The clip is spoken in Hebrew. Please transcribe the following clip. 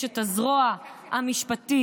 יש את הזרוע המשפטית,